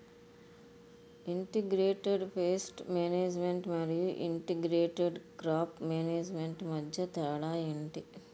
integrated pest management మరియు integrated crop management మధ్య తేడా ఏంటి